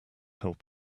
help